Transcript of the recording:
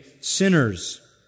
sinners